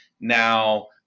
now